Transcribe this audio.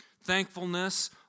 thankfulness